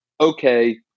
okay